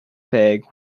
peg